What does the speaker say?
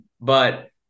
But-